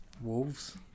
Wolves